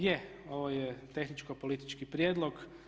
Je, ovo je tehničko politički prijedlog.